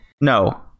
No